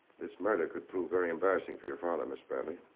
this murder could prove very embarrassing for your father, miss bradley.